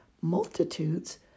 multitudes